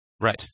Right